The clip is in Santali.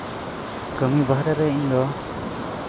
ᱠᱟᱹᱢᱤ ᱵᱟᱦᱨᱮ ᱨᱮ ᱤᱧ ᱫᱚ